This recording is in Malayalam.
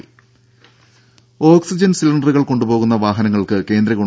ദേദ ഓക്സിജൻ സിലിണ്ടറുകൾ കൊണ്ടുപോകുന്ന വാഹനങ്ങൾക്ക് കേന്ദ്രഗവ